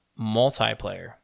multiplayer